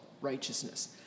righteousness